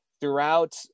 throughout